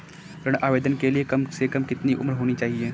ऋण आवेदन के लिए कम से कम कितनी उम्र होनी चाहिए?